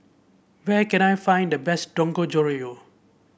where can I find the best Dangojiru